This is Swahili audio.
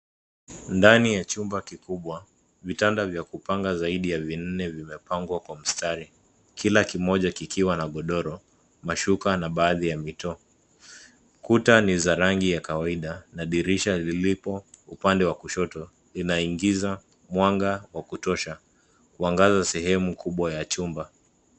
Ndani ya chumba kikubwa, vitanda vya kupanga zaidi ya vinne vimepangwa kwa mstari, kila kimoja kikiwa na godoro, mashuka na baadhi ya mito. Kuna ni za rangi ya kawaida na dirisha lipo upande wa kushoto linaingiza mwanga wa kutosha kuangaza sehemu kubwa ya chumba.